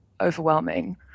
overwhelming